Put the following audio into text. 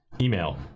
email